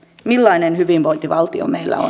millainen hyvinvointivaltio meillä on